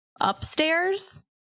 upstairs